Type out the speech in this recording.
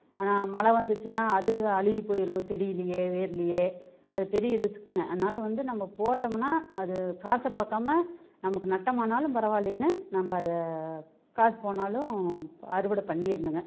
ஆனால் மழை வந்துச்சுன்னா அது அழுவி போயிரும் செடியிலையே வேர்லையே அது பெரிய ரிஸ்க்குங்க அதனால வந்து நம்ம போட்டோம்னா அது காசை பாக்காம நமக்கு நட்டமானாலும் பரவால்லின்னு நம்ப அதை காசு போனாலும் அறுவடை பண்ணியர்னுங்க